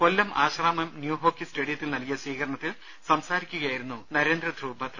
കൊല്ലം Asramam new hockey സ്റ്റേഡിയത്തിൽ നൽകിയ സ്വീകരണത്തിൽ സംസാരിക്കുകയായിരുന്നു നരേന്ദ്ര ധ്രുവ് ബത്ര